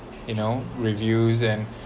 you know reviews and